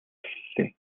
эхэллээ